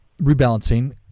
rebalancing